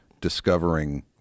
discovering